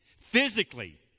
physically